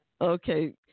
Okay